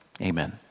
Amen